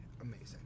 amazing